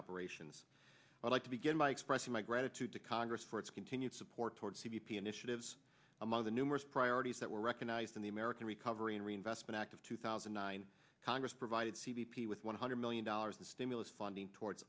operations i'd like to begin by expressing my gratitude to congress for its continued support towards c b p initiatives among the numerous priorities that were recognized in the american recovery and reinvestment act of two thousand and nine congress provided c b p with one hundred million dollars the stimulus funding towards